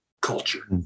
culture